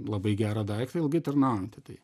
labai gerą daiktą ilgai tarnautį tai